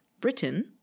Britain